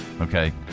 okay